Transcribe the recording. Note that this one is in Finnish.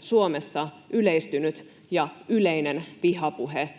Suomessa ole yleistynyt ja yleinen vihapuhe,